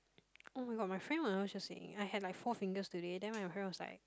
[oh]-my-god my friend was just saying I had like Four-Fingers today then my friend was like